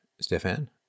Stefan